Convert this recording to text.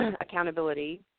accountability